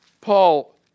Paul